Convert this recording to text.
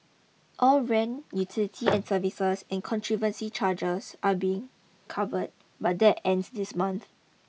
all rent utility and service and conservancy charges are being covered but that ends this month